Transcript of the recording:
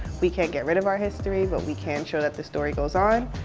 we can't get rid of our history, but we can show that the story goes on.